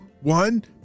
one